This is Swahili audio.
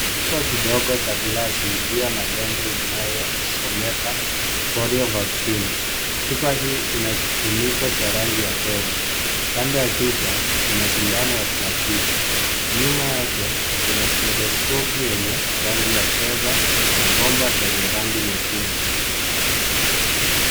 Chupa kidogo ya glasi iliyo na nembo inayosomeka polio vaccine . Chupa hii ina kifuniko cha rangi ya fedha. Kando ya chupa kuna sindano ya plastiki. Nyuma yake kuna stethoscopu yenye rangi ya fedha na bomba lenye rangi nyekundu.